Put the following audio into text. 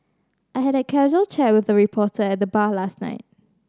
I had a casual chat with a reporter at the bar last night